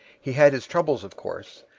he had his troubles, of course,